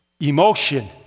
emotion